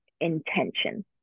intention